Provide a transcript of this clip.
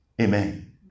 Amen